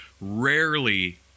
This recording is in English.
rarely